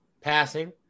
passing